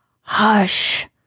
Hush